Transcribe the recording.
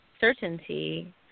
certainty